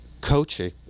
coaching